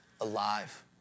Alive